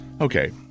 Okay